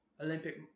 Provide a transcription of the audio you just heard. Olympic